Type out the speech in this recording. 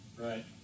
Right